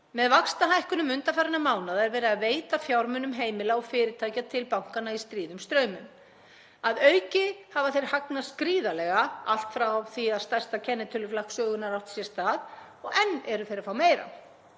Með vaxtahækkunum undanfarinna mánaða er verið að veita fjármunum heimila og fyrirtækja til bankanna í stríðum straumum. Að auki hafa þeir hagnast gríðarlega allt frá því að stærsta kennitöluflakk sögunnar átti sér stað og enn eru þeir að fá meira.